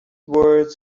words